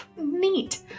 neat